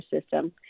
system